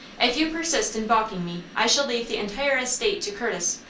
if you persist in balking me, i shall leave the entire estate to curtis.